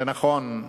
זה נכון,